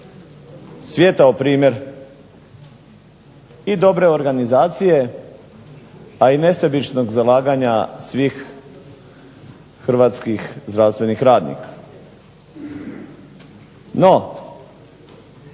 svijetao primjer i dobre organizacije, a i nesebičnog zalaganja svih hrvatskih zdravstvenih radnika. No